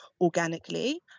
organically